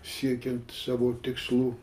siekiant savo tikslų